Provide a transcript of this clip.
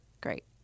Great